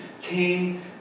came